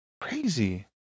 Crazy